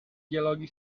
dialogi